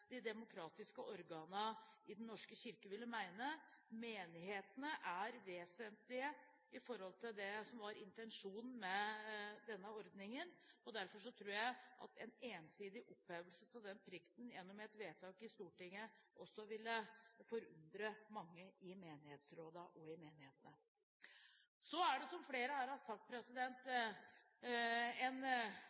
de demokratiske organene i Den norske kirke mener. Menighetene er vesentlige i forhold til det som var intensjonen med denne ordningen, og derfor tror jeg at en ensidig opphevelse av den plikten gjennom et vedtak i Stortinget også ville forundre mange i menighetsrådene og i menighetene. Så er det, som flere her har sagt, en interessant debatt som skal gå på Presteforeningens generalforsamling, der en